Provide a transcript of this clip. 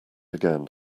again